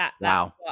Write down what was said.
Wow